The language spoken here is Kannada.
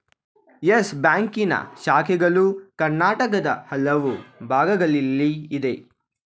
ಯಸ್ ಬ್ಯಾಂಕಿನ ಶಾಖೆಗಳು ಕರ್ನಾಟಕದ ಹಲವು ಭಾಗಗಳಲ್ಲಿ ಇದೆ